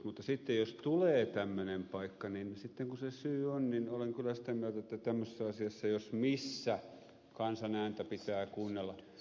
mutta sitten jos tulee tämmöinen paikka niin sitten kun se syy on niin olen kyllä sitä mieltä että tämmöisessä asiassa jos missä kansan ääntä pitää kuunnella